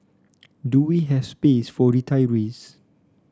do we have space for retirees